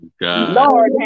God